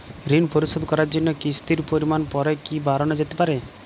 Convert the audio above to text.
ঋন পরিশোধ করার জন্য কিসতির পরিমান পরে কি বারানো যেতে পারে?